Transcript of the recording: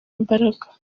imbaraga